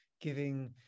giving